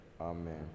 Amen